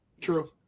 true